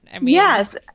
Yes